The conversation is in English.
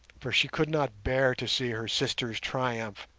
for she could not bear to see her sister's triumph,